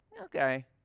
okay